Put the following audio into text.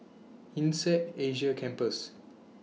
Insead Asia Campus